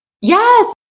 Yes